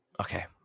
okay